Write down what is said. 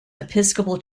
episcopal